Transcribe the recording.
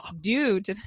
Dude